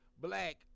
black